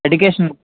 education